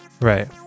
Right